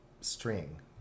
string